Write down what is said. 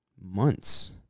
months